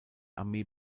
armee